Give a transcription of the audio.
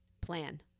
plan